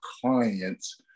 clients